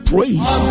Praise